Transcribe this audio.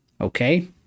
Okay